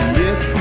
yes